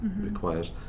requires